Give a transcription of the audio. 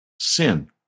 Sin